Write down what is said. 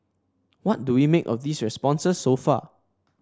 what do we make of these responses so far